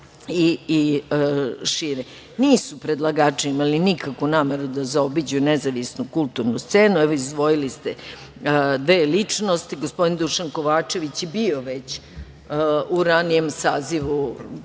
i šire. Nisu predlagači imali nikakvu nameru da zaobiđu nezavisnu kulturnu scenu. Evo, izdvojili ste dve ličnosti, gospodin Dušan Kovačević je već bio u ranijem sazivu,